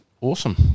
Awesome